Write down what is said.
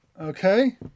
Okay